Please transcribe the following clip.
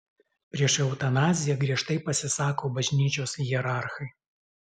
prieš eutanaziją giežtai pasisako bažnyčios hierarchai